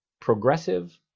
progressive